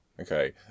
Okay